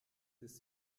ist